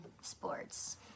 sports